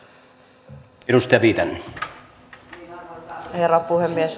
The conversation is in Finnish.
arvoisa herra puhemies